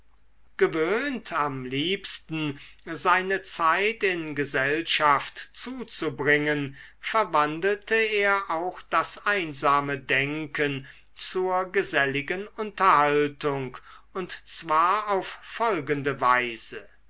gewöhnt am liebsten seine zeit in gesellschaft zuzubringen verwandelte er auch das einsame denken zur geselligen unterhaltung und zwar auf folgende weise